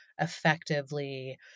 effectively